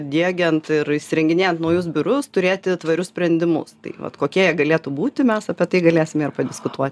diegiant ir įsirenginėjant naujus biurus turėti tvarius sprendimus tai vat kokie jie galėtų būti mes apie tai galėsime ir padiskutuoti